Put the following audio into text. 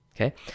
okay